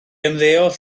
ymddeol